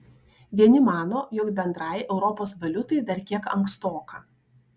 vieni mano jog bendrai europos valiutai dar kiek ankstoka